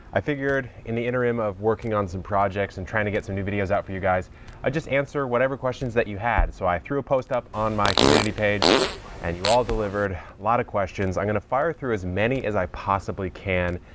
i figured in the interim of working on some projects and trying to get some new videos out for you guys, i'd just answer whatever questions that you had. so i threw a post up on my community page and you all delivered a lot of questions. i'm going to fire through as many as i possibly can,